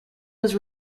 was